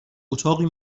اتاقی